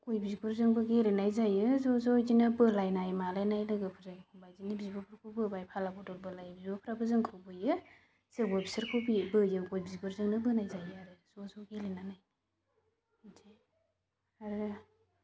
गय बिगुरजोंबो गेलेनाय जायो ज' ज' बिदिनो बोलायनाय मालायनाय लोगोफोरजों एखनबा बिदिनो बिब'फोरखौ बोबाय फाला बदल बोलायो बिब'फ्राबो जोंखौ बोयो जोंबो बिसोरखौ बोयो गय बिगुरजोंनो बोनाय जायो आरो ज' ज' गेलेनानै बिदि आरो